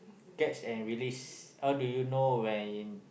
catch and release how do you know when in